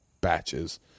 batches